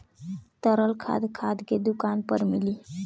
तरल खाद खाद के दुकान पर मिली